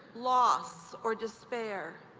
loss, or despair,